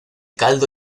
caldo